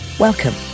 Welcome